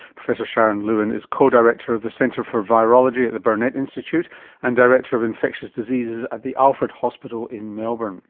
professor sharon lewin is co-director of the centre for virology at the burnet institute and director of infectious diseases at the alfred hospital in melbourne